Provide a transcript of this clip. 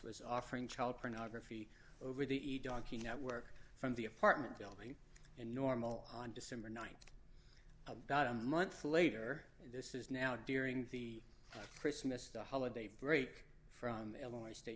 was offering child pornography over the e donkey network from the apartment building in normal on december th about a month later this is now during the christmas holiday break from illinois